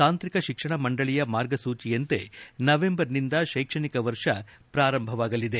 ತಾಂತ್ರಿಕ ಶಿಕ್ಷಣ ಮಂಡಳಿಯ ಮಾರ್ಗಸೂಚಿಯಂತೆ ನವೆಂಬರ್ನಿಂದ ಶೈಕ್ಷಣಿಕ ವರ್ಷ ಪ್ರಾರಂಭವಾಗಲಿದೆ